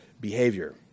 behavior